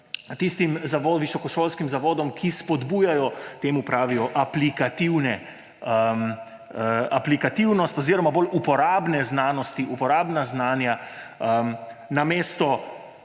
tistim visokošolskim zavodom, ki spodbujajo, temu pravijo, aplikativnost oziroma bolj uporabne znanosti, uporabna znanja, namesto